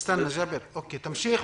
תמשיך,